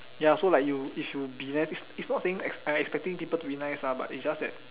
ya so like you if you be nice is is not saying I I expecting people to be nice lah but it's just that